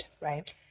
Right